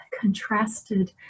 contrasted